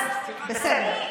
אז בסדר.